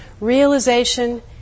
Realization